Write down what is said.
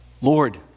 Lord